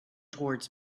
towards